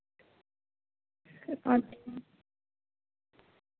ᱟᱪᱪᱷᱟ